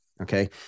okay